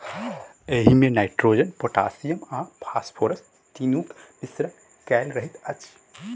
एहिमे nitrogen, potassium आ phosphorus तीनूक मिश्रण कएल रहैत अछि